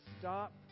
stop